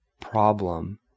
problem